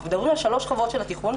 אנחנו מדברים על שלוש שכבות של התיכון,